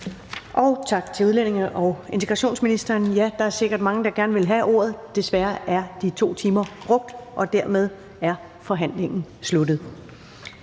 Og tak til udlændinge- og integrationsministeren. Ja, der er sikkert mange, der gerne ville have ordet, men desværre er de 2 timer brugt. Dermed er forhandlingen sluttet.